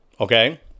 okay